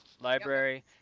Library